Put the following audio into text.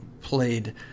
played